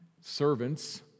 Servants